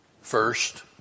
first